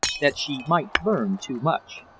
that she might learn too much.